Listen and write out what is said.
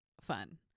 fun